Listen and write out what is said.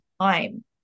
time